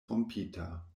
rompita